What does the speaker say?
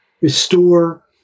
restore